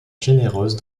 généreuse